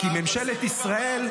כי ממשלת ישראל,